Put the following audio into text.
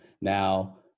now